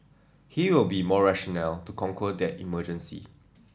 he will be more rational to conquer that emergency